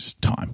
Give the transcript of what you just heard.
time